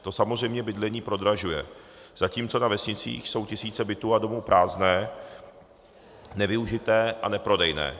To samozřejmě bydlení prodražuje, zatímco na vesnicích jsou tisíce bytů a domů prázdné, nevyužité a neprodejné.